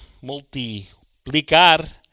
multiplicar